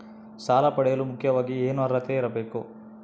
ಸಾಲ ಪಡೆಯಲು ಮುಖ್ಯವಾಗಿ ಏನು ಅರ್ಹತೆ ಇರಬೇಕು?